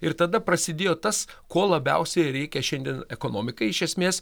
ir tada prasidėjo tas ko labiausiai reikia šiandien ekonomikai iš esmės